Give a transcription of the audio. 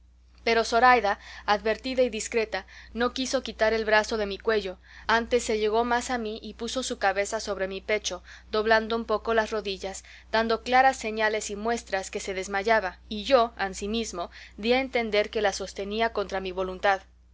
pero zoraida advertida y discreta no quiso quitar el brazo de mi cuello antes se llegó más a mí y puso su cabeza sobre mi pecho doblando un poco las rodillas dando claras señales y muestras que se desmayaba y yo ansimismo di a entender que la sostenía contra mi voluntad